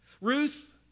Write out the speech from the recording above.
Ruth